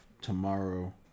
Tomorrow